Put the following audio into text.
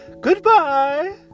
goodbye